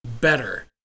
better